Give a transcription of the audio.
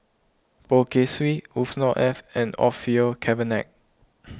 Poh Kay Swee Yusnor Ef and Orfeur Cavenagh